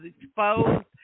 exposed